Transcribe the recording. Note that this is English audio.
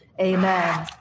amen